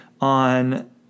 on